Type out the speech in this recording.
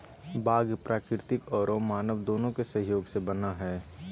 बाग प्राकृतिक औरो मानव दोनों के सहयोग से बना हइ